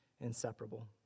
inseparable